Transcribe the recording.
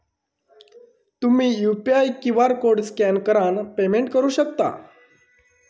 तुम्ही UPI QR code scan करान payment करू शकता